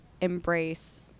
embrace